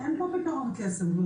אין פה פתרון קסם.